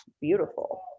beautiful